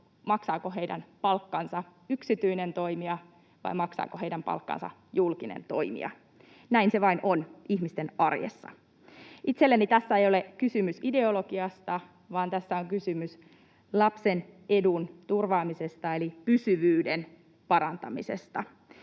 maksaako heidän palkkansa yksityinen toimija vai maksaako heidän palkkansa julkinen toimija. Näin se vain on ihmisten arjessa. Itselleni tässä ei ole kysymys ideologiasta, vaan tässä on kysymys lapsen edun turvaamisesta eli pysyvyyden parantamisesta.